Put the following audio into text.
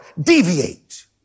deviate